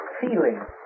feeling